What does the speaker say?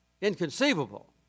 inconceivable